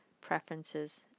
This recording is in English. preferences